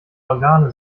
organe